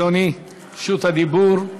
אדוני, רשות הדיבור.